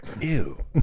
Ew